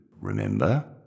remember